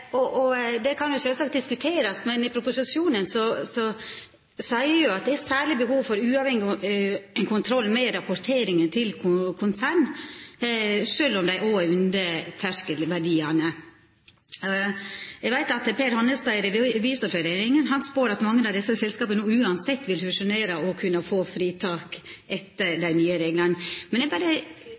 i konsern. Det kan sjølvsagt diskuterast. Men i proposisjonen seier ein at «det kan være et særleg behov for uavhengig kontroll med rapporteringen til konserner», sjølv om dei er under terskelverdiane. Eg veit at Per Hanstad i Revisorforeningen spår at mange av desse selskapa no uansett vil fusjonera og få fritak etter dei nye reglane. Eg berre